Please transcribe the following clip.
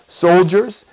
soldiers